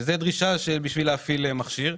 כדי להפעיל מכשיר,